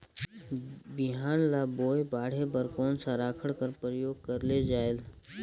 बिहान ल बोये बाढे बर कोन सा राखड कर प्रयोग करले जायेल?